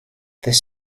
this